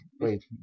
wait